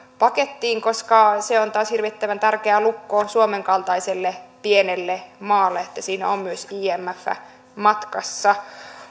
pakettiin koska se on taas hirvittävän tärkeä lukko suomen kaltaiselle pienelle maalle että siinä on myös imf matkassa